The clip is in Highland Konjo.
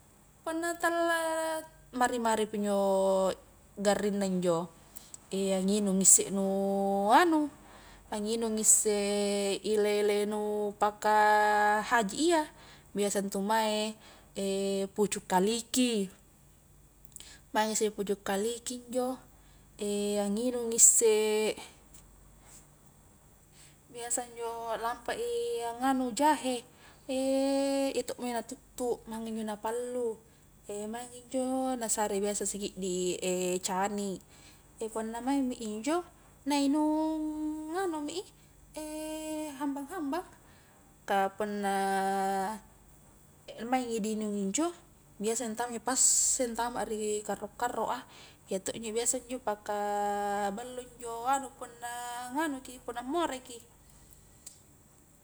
Punna tala mari-maripi njo garringna njo, anginungi isse nu anu anginungi isse ile-ile nu paka haji iya, biasantu mae pucu kaliki, maingi isse pucu kaliki injo anginungi isse biasanjo lampa i anganu jahe, iya to mo njo natuttu mange njo napallu, maing injo nasare biasa sikiddi cani, punna maingmi injo nainung anumi i hambang-hambang, ka punna maingi di inung injo biasa ntamaki passe ntama ri karro-karro a, iyato biasa njo paka ballo njo anu punna nganuki, punna moreki.